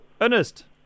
Ernest